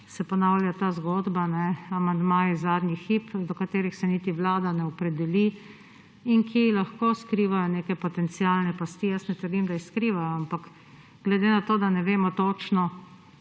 se ponavlja – kajne, amandmaji zadnjih hip –, do katerih se niti Vlada ne opredeli in ki lahko skrivajo neke potencialne pasti. Jaz ne trdim, da jih skrivajo, ampak glede na to, da ne vemo točno,